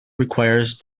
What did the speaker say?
requires